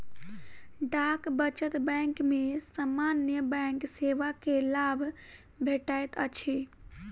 डाक बचत बैंक में सामान्य बैंक सेवा के लाभ भेटैत अछि